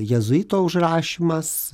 jėzuito užrašymas